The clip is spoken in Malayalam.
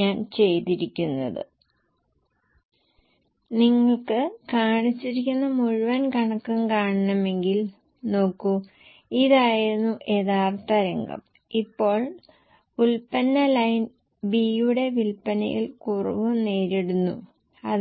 ഇപ്പോൾ എല്ലാ വിവരങ്ങൾക്കും ശുഭാപ്തിവിശ്വാസവും അശുഭാപ്തിവിശ്വാസവുമുള്ള ഡാറ്റ